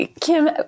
kim